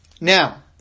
Now